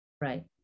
Right